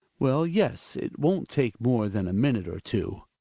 well, yes, it won't take more than a minute or two.